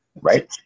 Right